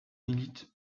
milite